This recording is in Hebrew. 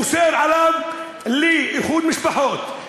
אוסר עליו איחוד משפחות,